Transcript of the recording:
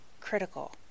critical